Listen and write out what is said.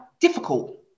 difficult